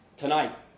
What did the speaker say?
Tonight